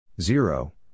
zero